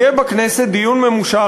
יהיה בכנסת דיון ממושך,